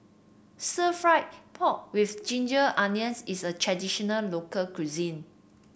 stir fry pork with Ginger Onions is a traditional local cuisine